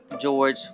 George